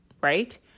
right